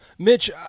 Mitch